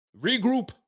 Regroup